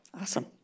Awesome